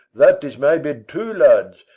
that is my bed too, lads,